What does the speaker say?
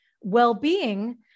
well-being